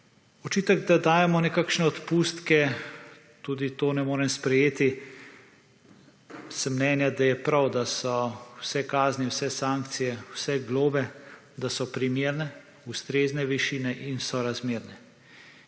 Očitek da dajemo nekakšne odpustke, tudi to ne morem sprejeti. Sem mnenja, da je prav, da so vse kazni, vse sankcije, vse globe, da so primerne, ustrezne višine in sorazmerne.